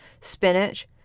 spinach